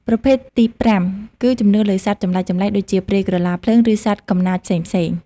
ប្រភេទទីប្រាំគឺជំនឿលើសត្វចម្លែកៗដូចជាព្រាយក្រឡាភ្លើង ឬសត្វកំណាចផ្សេងៗ។